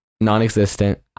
non-existent